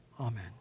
Amen